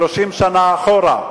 30 שנה אחורה.